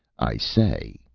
i say,